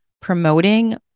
promoting